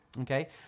Okay